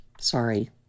Sorry